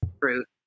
fruit